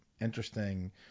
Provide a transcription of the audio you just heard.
interesting